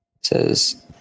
says